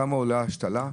כמה עולה השתלה,